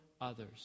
others